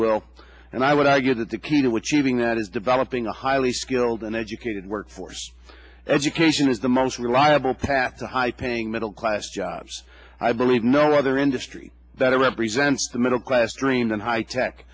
will and i would argue that the key to achieving that is developing a highly skilled and educated workforce education is the most reliable path to high paying middle class jobs i believe no other industry that represents the middle class dream that high tech